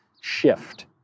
shift